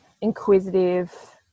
inquisitive